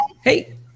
Hey